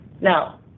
Now